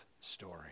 story